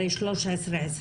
הרי 1325,